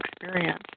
experience